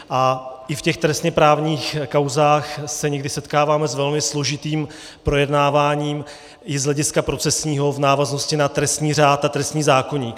A i v těch trestněprávních kauzách se někdy setkáváme s velmi složitým projednáváním i z hlediska procesního v návaznosti na trestní řád a trestní zákoník.